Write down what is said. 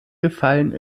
gefallen